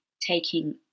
taking